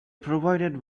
provided